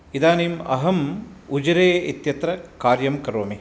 इदानीम् अहम् उजिरे इत्यत्र कार्यं करोमि